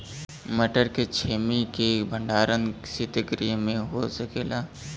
मटर के छेमी के भंडारन सितगृह में हो सकेला?